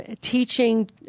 Teaching